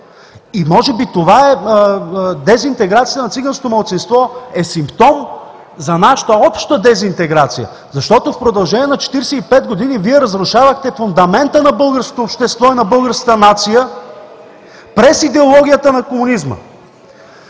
Може би дезинтеграцията на циганското малцинство е симптом за нашата обща дезинтеграция, защото в продължение на 45 години Вие разрушавахте фундамента на българското общество и на българската нация през идеологията на комунизма.